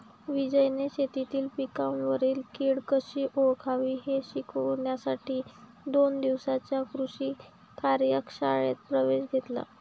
विजयने शेतीतील पिकांवरील कीड कशी ओळखावी हे शिकण्यासाठी दोन दिवसांच्या कृषी कार्यशाळेत प्रवेश घेतला